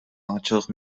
аңчылык